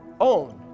own